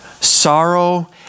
Sorrow